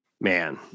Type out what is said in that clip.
man